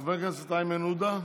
חבר הכנסת איימן עודה.